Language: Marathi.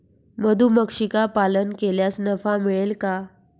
मधुमक्षिका पालन केल्यास नफा मिळेल का?